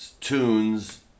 tunes